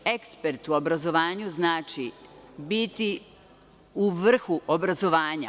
Ekspert u obrazovanju znači biti u vrhu obrazovanja.